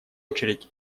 очередь